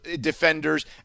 defenders